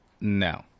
no